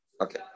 Okay